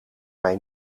mij